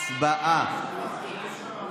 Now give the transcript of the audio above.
הצבעה.